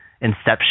Inception